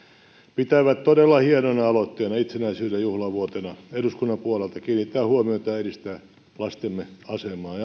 pitävät todella hienona aloitteena itsenäisyyden juhlavuotena eduskunnan puolelta kiinnittää huomiota ja edistää lastemme asemaa